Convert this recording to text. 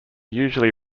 usually